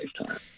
lifetime